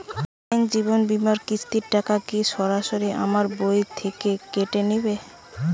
Bank জীবন বিমার কিস্তির টাকা কি সরাসরি আমার পাশ বই থেকে কেটে নিবে?